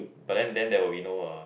but then then there'll be no